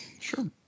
Sure